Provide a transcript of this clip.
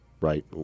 right